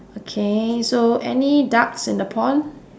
okay so any ducks in the pond